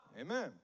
Amen